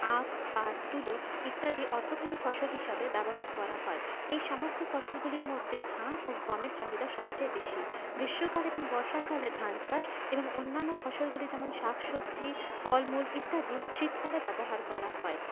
আখ পাট তুলো ইত্যাদি অর্থকারি ফসল হিসাবে ব্যবহার করা হয় এই সমস্ত ফসলগুলির মধ্যে ধান ও গমের চাহিদা সব চেয়ে বেশি গ্রীষ্মকালে এবং বর্ষাকালে ধান চাষ এবং অন্যান্য ফসলগুলি যেমন শাক সবজি ফলমূল ইত্যাদি শীতকালে ব্যবহার করা হয়